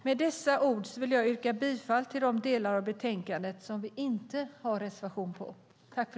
Med dessa ord vill jag yrka på bifall till de delar av betänkandet där vi inte har reservationer.